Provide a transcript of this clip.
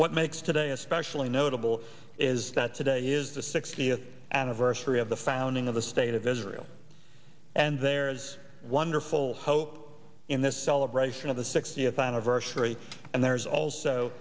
what makes today especially notable is that today is the sixtieth anniversary of the founding of the state of israel and there's wonderful hote in this celebration of the sixtieth anniversary and there's also